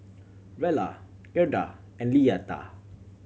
Rella Gerda and Leatha